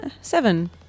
seven